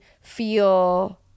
feel